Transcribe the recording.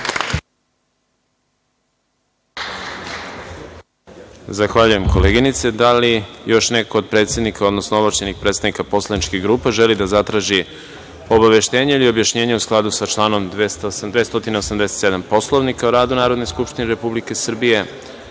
Zahvaljujem, koleginice. Da li još neko od predsednika, odnosno ovlašćenih predstavnika poslaničkih grupa želi da zatraži obaveštenje ili objašnjenje u skladu sa članom 287. Poslovnika o radu Narodne skupštine Republike Srbije?